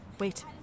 wait